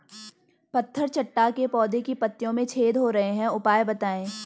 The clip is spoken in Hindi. पत्थर चट्टा के पौधें की पत्तियों में छेद हो रहे हैं उपाय बताएं?